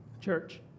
church